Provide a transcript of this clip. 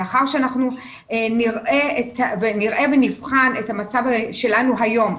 לאחר שנראה ונבחן את המצב שלנו היום.